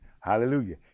hallelujah